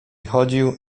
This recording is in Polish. chodził